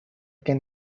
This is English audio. can